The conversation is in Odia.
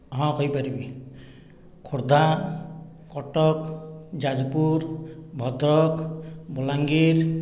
ହଁ କହି ପାରିବି ଖୋର୍ଦ୍ଧା କଟକ ଯାଜପୁର ଭଦ୍ରକ ବଲାଙ୍ଗୀର